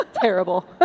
Terrible